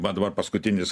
va dabar paskutinis